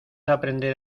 aprender